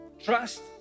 Trust